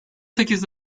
sekiz